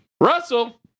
Russell